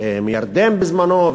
מירדן בזמנו,